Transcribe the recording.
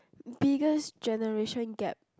biggest generation gap